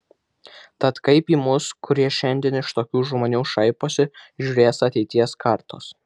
tad kaip į mus kurie šiandien iš tokių žmonių šaiposi žiūrės ateities kartos